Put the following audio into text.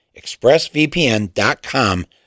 ExpressVPN.com